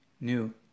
new